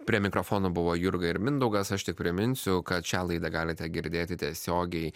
prie mikrofono buvo jurga ir mindaugas aš tik priminsiu kad šią laidą galite girdėti tiesiogiai